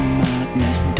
madness